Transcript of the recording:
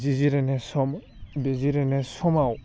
जि जिरायनाय सम बे जिरायनाय समाव